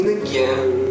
again